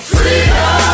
Freedom